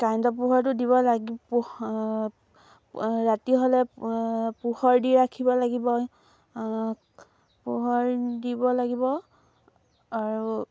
কাৰেণ্টৰ পোহৰটো দিব লাগিব পোহ ৰাতি হ'লে পোহৰ দি ৰাখিব লাগিব পোহৰ দিব লাগিব আৰু